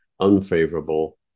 unfavorable